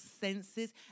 senses